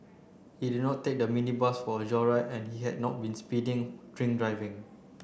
he did not take the minibus for a joyride and he had not been speeding drink driving